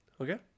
Okay